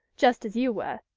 just as you were.